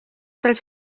dels